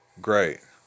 great